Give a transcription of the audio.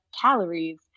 calories